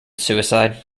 suicide